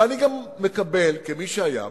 ואני גם מקבל, כמי שהיה פה,